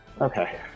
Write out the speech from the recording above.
okay